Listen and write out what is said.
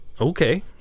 okay